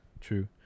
True